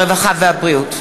הרווחה והבריאות.